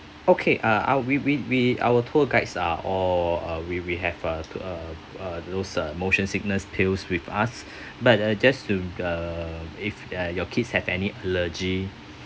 okay uh our we we we our tour guides are all uh we we have a uh uh uh those uh motion sickness pills with us but uh just to uh if uh your kids have any allergy